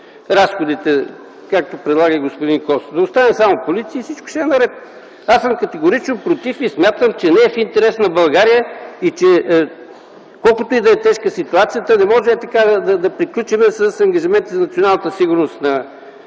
разходите, както предлага и господин Костов. Да остане само полицията и всичко ще е наред! Аз съм категорично против. Смятам, че не е в интерес на България. Колкото и да е тежка ситуацията, не можем да приключим така с ангажиментите с националната сигурност